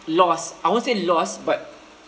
loss I won't say loss but